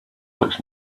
looks